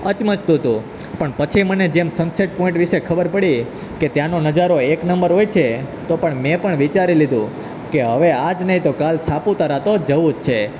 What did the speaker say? અચમચતું હતું પણ પછી મને જેમ સન સેટ પોઈન્ટ વિશે ખબર પડી કે ત્યાંનો નજારો એક નંબર હોય છે તો પણ મેં પણ વિચારી લીધું કે હવે આજ નહીં તો કાલ સાપુતારા તો જવું જ છે